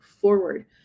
forward